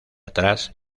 atrás